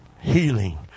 healing